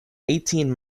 eighteen